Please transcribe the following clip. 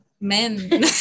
men